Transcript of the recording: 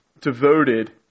devoted